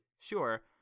sure